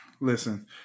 listen